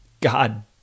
God